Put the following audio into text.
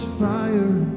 fire